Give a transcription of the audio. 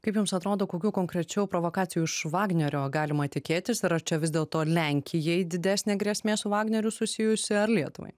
kaip jums atrodo kokių konkrečių provokacijų iš vagnerio galima tikėtis ir ar čia vis dėlto lenkijai didesnė grėsmė su vagneriu susijusi ar lietuvai